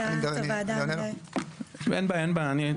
אני עדיין אשאל שאלות.